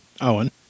Owen